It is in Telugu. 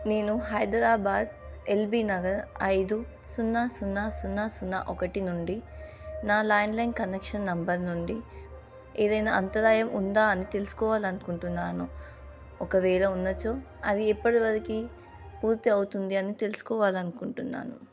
నేను హైదరాబాదు ఎల్బీ నగరు ఐదు సున్నా సున్నా సున్నా సున్నా ఒకటి నుండి నా ల్యాండ్లైన్ కనెక్షన్ నెంబర్ నుండి ఏదైనా అంతరాయం ఉందా అని తెలుసుకోవాలనుకుంటున్నాను ఒకవేళ ఉన్నచో అది ఎప్పటివరకి పూర్తి అవుతుంది అని తెలుసుకోవాలనుకుంటున్నాను